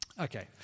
Okay